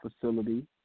facility